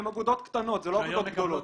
זה לא אגודות גדולות.